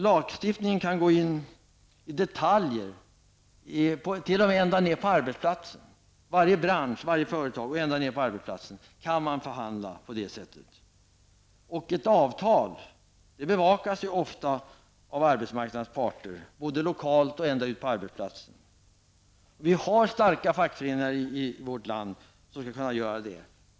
Lagstiftningen kan gälla detaljer. T.o.m. ute på arbetsplatserna kan det vara reglerat in i minsta detalj. Inom varje bransch eller företag kan man förhandla på det sättet. Ett avtal bevakas ofta av arbetsmarknadens parter -- både lokalt och ute på arbetsplatserna. Vi har starka fackföreningar i vårt land som skall se till att detta är möjligt.